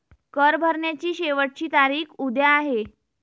कर भरण्याची शेवटची तारीख उद्या आहे